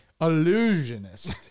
illusionist